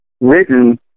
written